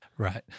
Right